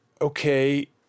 okay